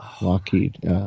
Lockheed